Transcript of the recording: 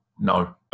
no